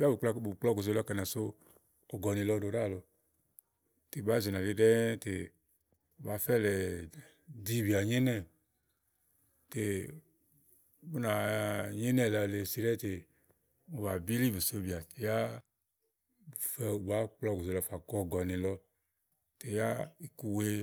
yà bù kpla ògòzè lɔ kɛ̀nìà so ɔ̀gɔ̀nì lɔ ɖò ɖàlɔ ɖɛ̀ɛ̀ té bàà fɛ lɛ ɖi bìà nyo ínɛ̀ ùni bùnà tè ù nyo ìnɛ lɔ lèe ɖɛ̀ɛ̀ tè bà bìlĩ biso bìà tè ya bù kpla ògòzè lɔ kɔ ògɔ̀nì lɔ tè yà èkù ye.